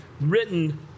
written